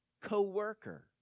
co-worker